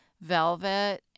velvet